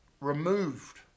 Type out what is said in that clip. removed